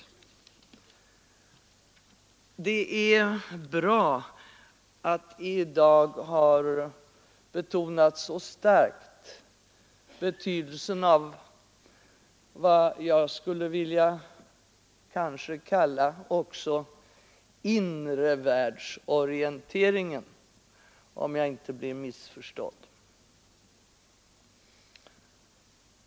Det är bra att det i dag så starkt har betonats betydelsen av vad jag kanske skulle vilja kalla inrevärldsorienteringen, om jag inte blir missförstådd.